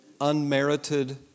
Unmerited